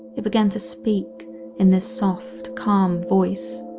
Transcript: it began to speak in this soft, calm voice.